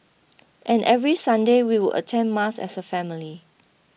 and every Sunday we would attend mass as a family